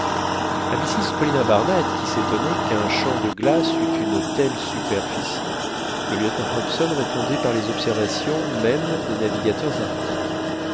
paulina barnett qui s'étonnait qu'un champ de glace eût une telle superficie le lieutenant hobson répondait par les observations mêmes des navigateurs arctiques